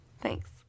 Thanks